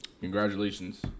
Congratulations